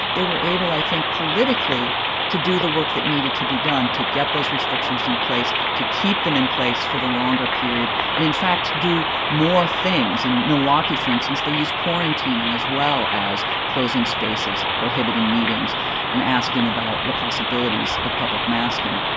they were able i think politically to do the work that needed to be done to get those restrictions in place, to keep them in place for the longer period and, in fact, do more things. in milwaukee, for instance, they used quarantining as well as closing spaces, prohibiting meetings and asking about the possibilities of public masking.